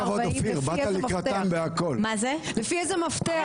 לפי איזה מפתח?